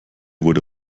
wurde